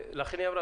לכן היא אמרה